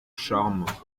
charmes